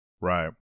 Right